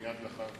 מייד לאחר בחירתך,